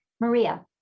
Maria